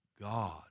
God